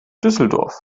düsseldorf